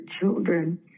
children